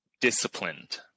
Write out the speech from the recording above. disciplined